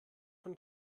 von